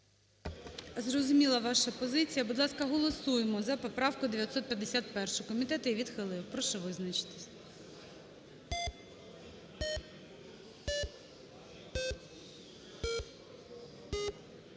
Зрозуміла ваша позиція. Будь ласка, голосуємо за поправку 951-у. Комітет її відхилив. Прошу визначитись.